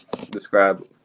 describe